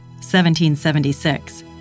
1776